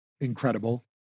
incredible